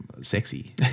sexy